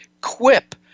Quip